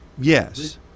Yes